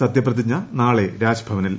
സത്യപ്രതിജ്ഞ നാളെ രാജ്ഭവനിൽ